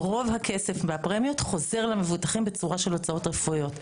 רוב הכסף והפרמיות חוזר למבוטחים בצורה של הוצאות רפואיות.